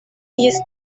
jest